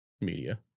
Media